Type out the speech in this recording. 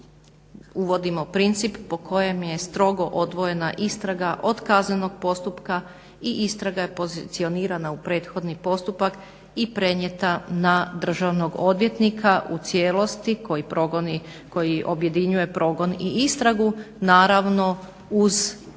uvodimo princip po kojem je strogo odvojena istraga od kaznenog postupka i istraga je pozicionirana u prethodni postupak i prenijeta na državnog odvjetnika u cijelosti koji objedinjuje progon i istragu, naravno uz sudski